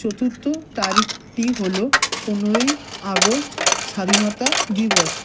চতুর্থ তারিখটি হলো পনেরোই আগস্ট স্বাধীনতা দিবস